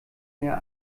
mehr